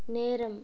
நேரம்